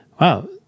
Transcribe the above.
Wow